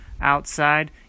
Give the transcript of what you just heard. outside